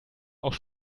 auch